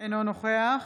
אינו נוכח